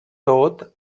tot